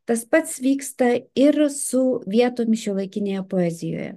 tas pats vyksta ir su vietomis šiuolaikinėje poezijoje